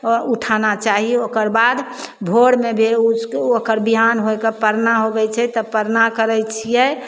आओर उठाना चाही ओकरबाद भोरमे भी उसको ओकर बिहान होइके परना होबै छै तऽ परना करै छिए